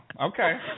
Okay